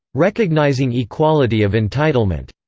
recognising equality of entitlement.